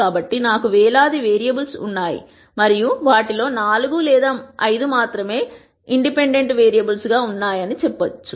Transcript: కాబట్టి నాకు వేలాది వేరియబుల్స్ ఉన్నాయని మరియు వాటిలో 4 లేదా 5 మాత్రమే స్వతంత్రంగా ఉన్నాయని చెప్పండి